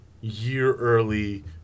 year-early